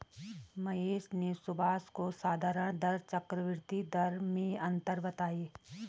महेश ने सुभाष को साधारण दर चक्रवर्ती दर में अंतर बताएं